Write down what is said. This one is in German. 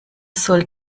soll